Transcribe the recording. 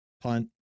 punt